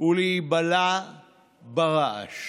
ולהיבלע ברעש.